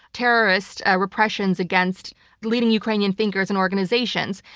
terrorist ah repressions against leading ukrainian thinkers and organizations.